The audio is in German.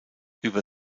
über